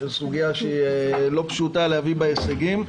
סוגיה שהיא לא פשוטה להביא בה הישגים,